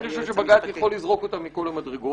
אני חושב שבג"צ יכול לזרוק אותם מכל המדרגות,